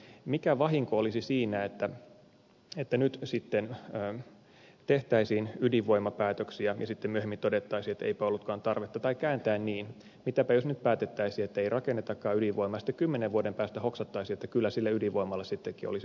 mikä vahinko olisi siinä että nyt sitten tehtäisiin ydinvoimapäätöksiä ja sitten myöhemmin todettaisiin että eipä ollutkaan tarvetta tai kääntäen mitäpä jos nyt päätettäisiin ettei rakennetakaan ydinvoimaa ja sitten kymmenen vuoden päästä hoksattaisiin että kyllä sille ydinvoimalle sittenkin olisi ollut käyttöä